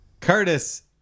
Curtis